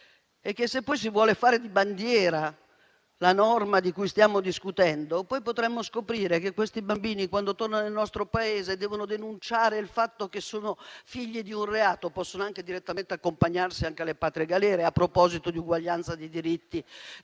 è che se poi si vuole fare una bandiera della norma di cui stiamo discutendo, potremmo scoprire che questi bambini, quando tornano nel nostro Paese, devono denunciare il fatto che sono figli di un reato e possono anche direttamente essere accompagnati alle patrie galere, a proposito di uguaglianza dei diritti